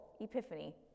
epiphany